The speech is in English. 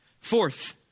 Fourth